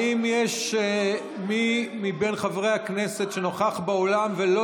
האם יש מי מבין חברי הכנסת שנוכח באולם ולא